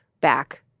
back